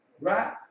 Right